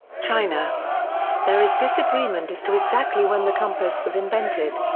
china there is disagreement as to exactly when the compass was invented.